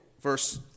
verse